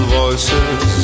voices